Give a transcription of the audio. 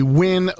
win